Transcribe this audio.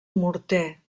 morter